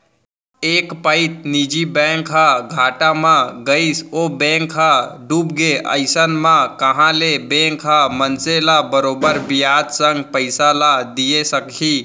एक पइत निजी बैंक ह घाटा म गइस ओ बेंक ह डूबगे अइसन म कहॉं ले बेंक ह मनसे ल बरोबर बियाज संग पइसा ल दिये सकही